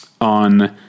on